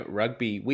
rugby